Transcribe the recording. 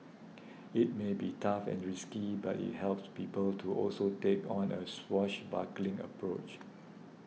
it may be tough and risky but it helps people to also take on a swashbuckling approach